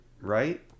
Right